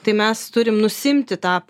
tai mes turim nusiimti tą